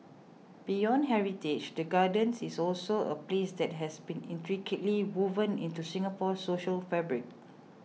beyond heritage the Gardens is also a place that has been intricately woven into Singapore's social fabric